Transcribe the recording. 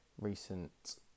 recent